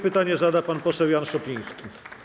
Pytanie zada pan poseł Jan Szopiński.